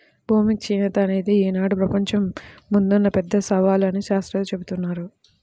భూమి క్షీణత అనేది ఈనాడు ప్రపంచం ముందున్న పెద్ద సవాలు అని శాత్రవేత్తలు జెబుతున్నారు